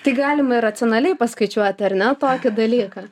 tai galima ir racionaliai paskaičiuoti ar ne tokį dalyką